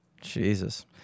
jesus